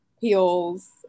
peels